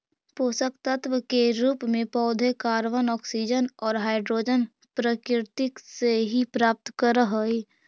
पोषकतत्व के रूप में पौधे कॉर्बन, ऑक्सीजन और हाइड्रोजन प्रकृति से ही प्राप्त करअ हई